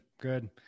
Good